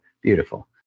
Beautiful